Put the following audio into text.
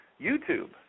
YouTube